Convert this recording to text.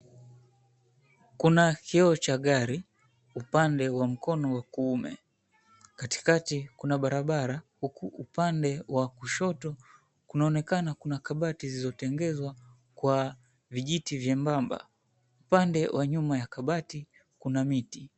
Kuna kioo cha gari upande wa mkono wa kuume katikati kuna barabara huku upande wa kushoto kunaonekana kuna kabati zilizotengenezwa kwa vijiti vyembamba, upande wa nyuma ya kabati kuna miti.